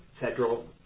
federal